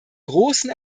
großen